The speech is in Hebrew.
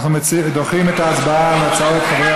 אנחנו דוחים את ההצבעה על הצעות חברת